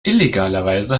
illegalerweise